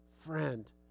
friend